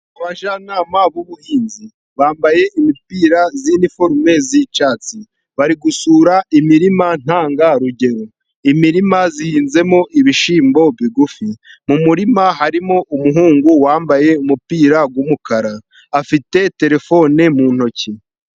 Abajyanama b'ubuhinzi bambaye, imipira y'inifome y'icyatsi bari gusura imirima ntanga rugero, imirima ihinzemo ibishyimbo bigufi, mu murima harimo umuhungu wambaye umupira w'umukara, afite terefone mu ntoki.